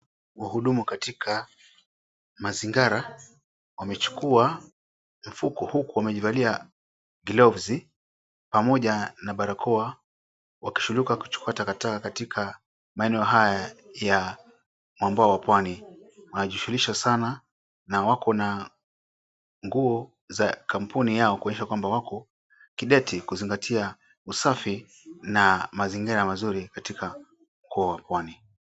Wahudumu katika mazingara wamechukua mfuko, huku wamejivalia gloves pamoja na barakoa, wakishughulika kuchukua taka taka katika maeneo haya ya mwambao wa pwani, na wako na nguo za kampuni yao, kuonyesha kwamba wako kidete kuzingatia usafi na mazingira mazuri katika mkoa wa pwani.